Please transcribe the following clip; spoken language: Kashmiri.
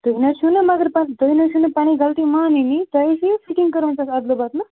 تُہۍ نہٕ حظ چھُو نا مگر پَتہٕ تُہۍ نہٕ حظ چھُو نہٕ پَنٕنۍ غلطی مانٲنی تۄہہِ حظ چھِو فِٹِنٛگ کٔرمٕژ اَدلہٕ بَدلہٕ